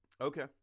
Okay